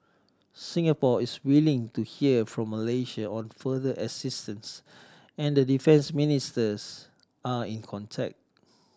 Singapore is waiting to hear from Malaysia on further assistance and the defence ministers are in contact